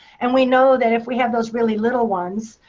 and we know that if we have those really little ones,